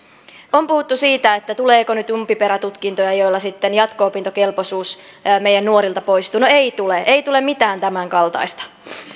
on puhuttu siitä tuleeko nyt umpiperätutkintoja joilla sitten jatko opintokelpoisuus meidän nuorilta poistuu no ei tule ei tule mitään tämän kaltaista